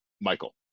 Michael